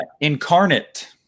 Incarnate